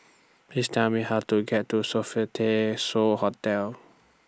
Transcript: Please Tell Me How to get to Sofitel So Hotel